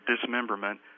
dismemberment